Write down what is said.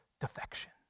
defection